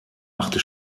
machte